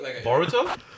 Boruto